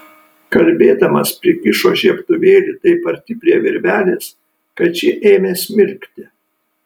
kalbėdamas prikišo žiebtuvėlį taip arti prie virvelės kad ši ėmė smilkti